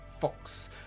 Fox